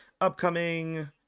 upcoming